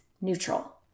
neutral